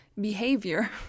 behavior